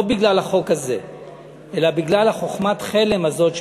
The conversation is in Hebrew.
לא בגלל החוק הזה אלא בגלל חוכמת חלם הזאת,